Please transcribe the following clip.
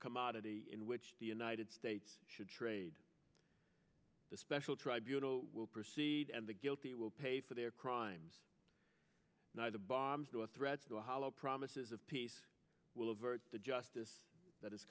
commodity in which the united states should trade the special tribunal will proceed and the guilty will pay for their crimes not the bombs the threats the hollow promises of peace will avert the justice that i